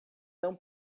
não